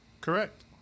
correct